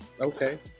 Okay